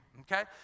okay